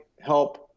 help